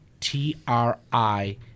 T-R-I